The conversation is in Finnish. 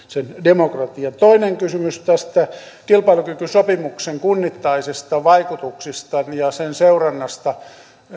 sen demokratian toinen kysymys on tästä kilpailukykysopimuksen kunnittaisista vaikutuksista ja sen seurannasta